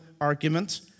argument